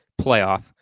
playoff